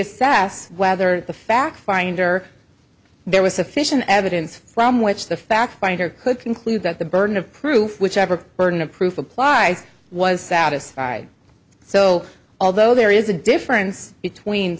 assess whether the fact finder there was sufficient evidence from which the fact finder could conclude that the burden of proof whichever burden of proof applies was satisfied so although there is a difference between